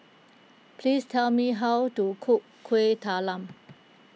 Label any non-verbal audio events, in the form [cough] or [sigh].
please tell me how to cook [noise] Kuih Talam